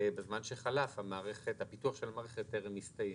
בזמן שחלף הפיתוח טרם הסתיים,